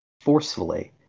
forcefully